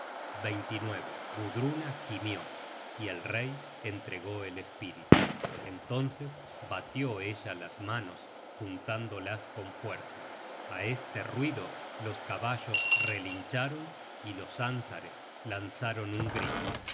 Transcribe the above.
su mujer gudruna gimió y el rey entregó el espíritu entonces batió ella las manos juntándolas con fuerza á este ruido los caballos relincharon y los ánsares lanzaron un grito